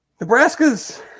Nebraska's